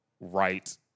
right